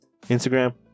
Instagram